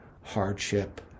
hardship